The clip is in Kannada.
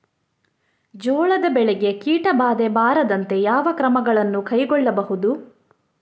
ಜೋಳದ ಬೆಳೆಗೆ ಕೀಟಬಾಧೆ ಬಾರದಂತೆ ಯಾವ ಕ್ರಮಗಳನ್ನು ಕೈಗೊಳ್ಳಬಹುದು?